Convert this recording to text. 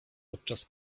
podczas